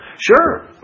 Sure